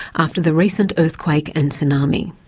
after the recent earthquake and tsunami.